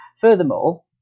furthermore